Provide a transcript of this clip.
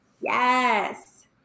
Yes